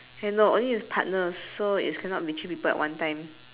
no only with partners so it's cannot be three people at one time